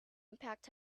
impact